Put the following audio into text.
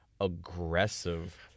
aggressive